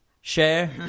share